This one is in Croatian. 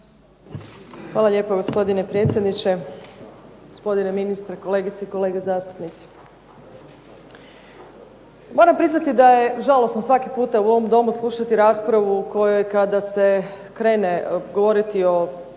Hvala lijepo, gospodine predsjedniče. Gospodine ministre, kolegice i kolege zastupnici. Moram priznati da je žalosno svaki puta u ovom Domu slušati raspravu u kojoj kada se krene govoriti o određenim